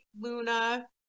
Luna